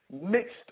mixed